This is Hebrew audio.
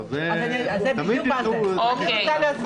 אוקיי.